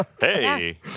Hey